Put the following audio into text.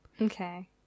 okay